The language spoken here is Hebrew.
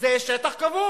זה שטוח כבוש.